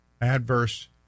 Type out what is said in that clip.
adverse